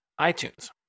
iTunes